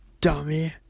dummy